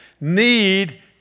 need